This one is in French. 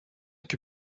que